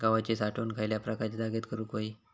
गव्हाची साठवण खयल्या प्रकारच्या जागेत करू होई?